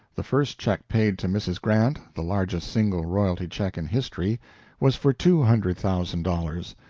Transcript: the first check paid to mrs. grant the largest single royalty check in history was for two hundred thousand dollars.